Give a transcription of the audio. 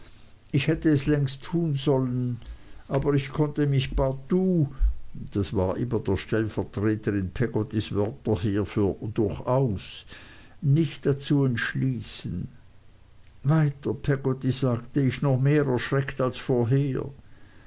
ich hätte es längst tun sollen aber ich konnte mich partuh das war immer der stellvertreter in peggottys wörterheer für durchaus nicht dazu entschließen weiter peggotty sagte ich noch mehr erschreckt als vorher